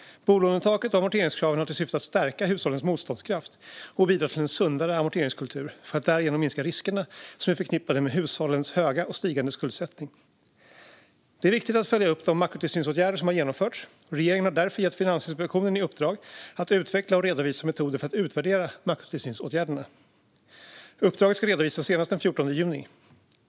Bolånetaket och amorteringskraven har till syfte att stärka hushållens motståndskraft och bidra till en sundare amorteringskultur för att därigenom minska riskerna som är förknippade med hushållens höga och stigande skuldsättning. Det är viktigt att följa upp de makrotillsynsåtgärder som har genomförts. Regeringen har därför gett Finansinspektionen i uppdrag att utveckla och redovisa metoder för att utvärdera makrotillsynsåtgärderna. Uppdraget ska redovisas senast den 14 juni.